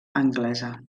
anglesa